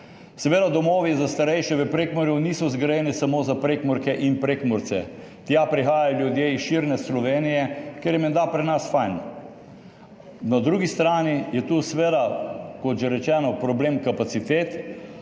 Seveda domovi za starejše v Prekmurju niso zgrajeni samo za Prekmurke in Prekmurce, tja prihajajo ljudje iz širne Slovenije, ker je menda pri nas fajn. Na drugi strani je tu seveda, kot že rečeno, problem kapacitet.